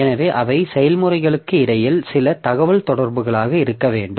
எனவே அவை செயல்முறைகளுக்கு இடையில் சில தகவல்தொடர்புகளாக இருக்க வேண்டும்